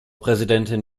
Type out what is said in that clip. präsidentin